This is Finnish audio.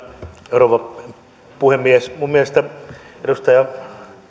rouva puhemies minun mielestäni edustaja